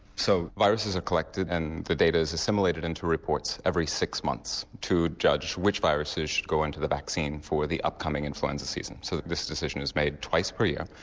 so viruses are collected and the data is assimilated into reports every six months to judge which viruses should go into the vaccine for the upcoming influenza season. so this decision is made twice per year,